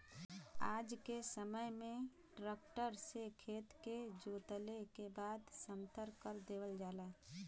आज के समय में ट्रक्टर से खेत के जोतले के बाद समथर कर देवल जाला